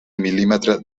mil·límetre